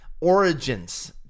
Origins